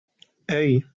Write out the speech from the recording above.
hey